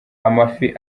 amafi